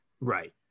Right